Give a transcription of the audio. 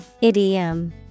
Idiom